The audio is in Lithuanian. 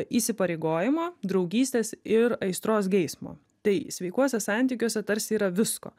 įsipareigojimo draugystės ir aistros geismo tai sveikuose santykiuose tarsi yra visko